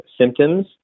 symptoms